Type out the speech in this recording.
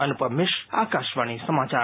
अनुपम मिश्र आकाशवाणी समाचार